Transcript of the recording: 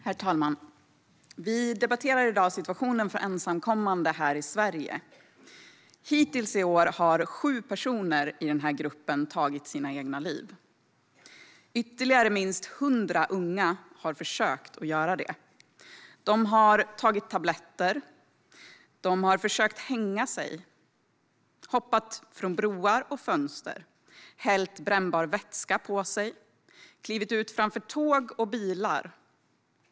Herr talman! Vi debatterar i dag situationen för ensamkommande i Sverige. Hittills i år har sju personer i denna grupp tagit sitt liv. Ytterligare minst hundra unga har försökt göra det. De har tagit tabletter, försökt hänga sig, hoppat från broar och fönster, hällt brännbar vätska över sig och klivit ut framför tåg och bilar.